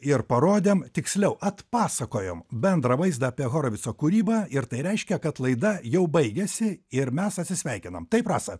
ir parodėm tiksliau atpasakojom bendrą vaizdą apie horovico kūrybą ir tai reiškia kad laida jau baigiasi ir mes atsisveikinam taip rasa